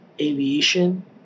aviation